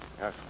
Yes